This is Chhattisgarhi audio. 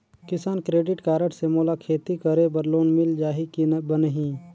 किसान क्रेडिट कारड से मोला खेती करे बर लोन मिल जाहि की बनही??